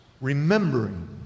remembering